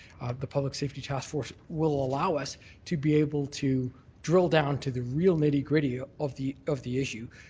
the public safety taskforce, will allow us to be able to drill down to the real nitty-gritty ah of the of the issue,